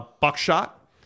Buckshot